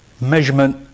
measurement